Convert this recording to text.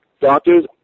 Doctors